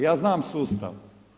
Ja znam sustav.